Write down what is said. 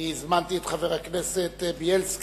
אני הזמנתי את חבר הכנסת בילסקי,